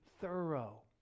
thorough